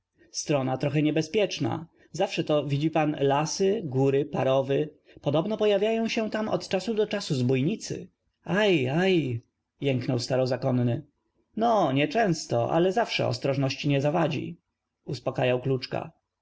ch ę niebezpieczna zawsze to widzi pan lasy góry parow y p o d o b n o p o jaw iają się tam od czasu do czasu zbójnicy aj aj jęknął starozakonny no nie często ale zawsze ostroż ność nie zawadzi uspokajał kluczka